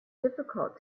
difficult